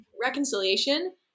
reconciliation